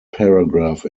paragraph